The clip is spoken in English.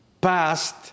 past